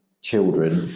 children